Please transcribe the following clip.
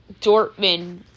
Dortmund